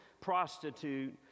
prostitute